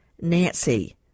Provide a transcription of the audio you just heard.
nancy